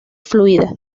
fluida